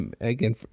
again